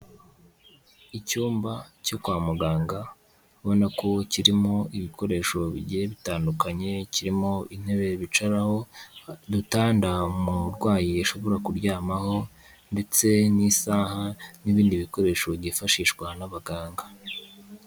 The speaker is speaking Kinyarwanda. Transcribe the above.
Icyumba cyo kwa muganga ubona ko kirimo ibikoresho bigiye bitandukanye, kirimo intebe bicaraho, udutanda umurwayi ashobora kuryamaho ndetse n'isaha n'ibindi bikoresho byifashishwa n'abaganga.